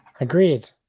Agreed